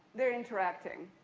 they're interacting,